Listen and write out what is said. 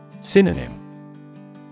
Synonym